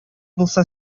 булса